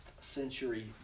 century